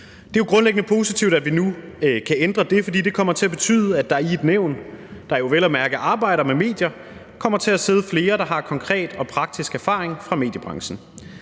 Det er jo grundlæggende positivt, at vi nu kan ændre det, for det kommer til betyde, at der i et nævn, der vel at mærke arbejder med medier, kommer til at sidde flere, der har konkret og praktisk erfaring fra mediebranchen.